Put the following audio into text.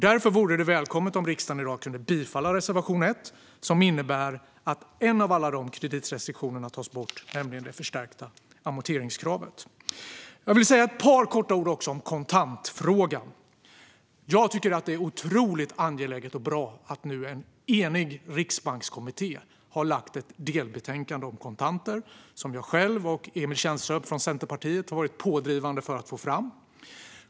Därför vore det välkommet om riksdagen i dag kunde bifalla reservation 1 som innebär att en av alla dessa kreditrestriktioner tas bort, nämligen det förstärkta amorteringskravet. Jag vill också säga några ord om kontantfrågan. Jag tycker att det är otroligt angeläget och bra att en enig riksbankskommitté nu har lagt fram ett delbetänkande om kontanter, som jag själv och Emil Källström från Centerpartiet har varit pådrivande för att få fram.